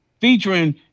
featuring